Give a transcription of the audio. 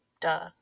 Duh